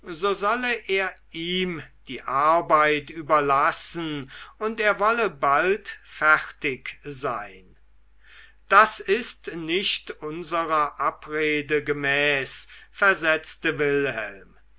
solle er ihm die arbeit überlassen und er wolle bald fertig sein das ist nicht unserer abrede gemäß versetzte wilhelm